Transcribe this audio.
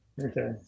Okay